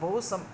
बहु सम्